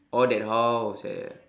oh that house ya ya